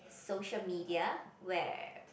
social media where